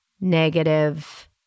negative